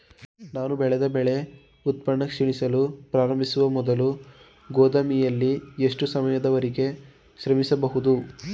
ನಾನು ಬೆಳೆದ ಬೆಳೆ ಉತ್ಪನ್ನ ಕ್ಷೀಣಿಸಲು ಪ್ರಾರಂಭಿಸುವ ಮೊದಲು ಗೋದಾಮಿನಲ್ಲಿ ಎಷ್ಟು ಸಮಯದವರೆಗೆ ಸಂಗ್ರಹಿಸಬಹುದು?